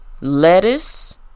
lettuce